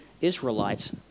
Israelites